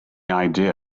idea